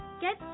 Get